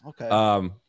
Okay